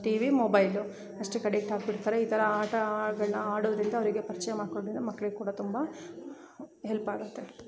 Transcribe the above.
T V mobile ಅಷ್ಟಕ್ಕೆ addict ಆಗಿಬಿಡ್ತಾರೆ ಈ ಥರ ಆಟಗಳ್ನ ಆಡೋದರಿಂದ ಅವರಿಗೆ ಪರಿಚಯ ಮಾಡಿಕೊಟ್ಟಿದೆ ಮಕ್ಳಿಗೆ ಕೂಡ ತುಂಬ ಹೆಲ್ಪಾಗುತ್ತೆ